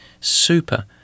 Super